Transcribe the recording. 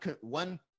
one